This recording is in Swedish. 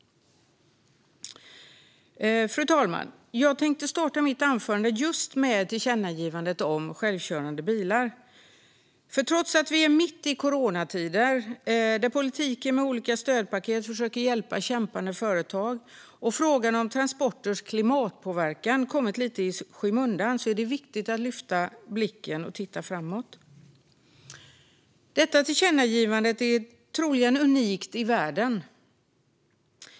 Fru talman! Jag tänker starta mitt anförande just med tillkännagivandet om självkörande bilar, för trots att vi är mitt i coronatider, då politiken med olika stödpaket försöker hjälpa kämpande företag och då frågan om transporters klimatpåverkan kommit lite i skymundan, är det viktigt att lyfta blicken och titta framåt. Detta tillkännagivande är troligen unikt i världen.